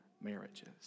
marriages